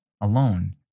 alone